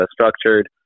structured